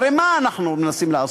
הרי מה אנחנו מנסים לעשות?